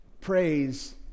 praise